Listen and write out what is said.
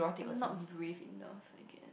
I'm not brave enough I guess